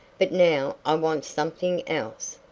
but now i want something else.